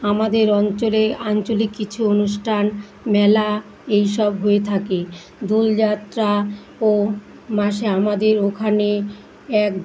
আমাদের অঞ্চলে আঞ্চলিক কিছু অনুষ্ঠান মেলা এই সব হয়ে থাকে দোলযাত্রা ও মাসে আমাদের ওখানে এক